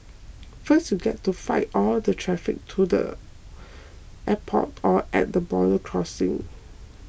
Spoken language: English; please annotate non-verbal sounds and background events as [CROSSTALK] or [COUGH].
first you get to fight all the traffic to the [NOISE] airport or at the border crossing